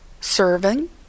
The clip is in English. serving